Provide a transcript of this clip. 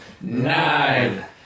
nine